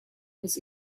was